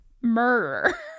murder